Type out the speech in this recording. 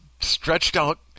stretched-out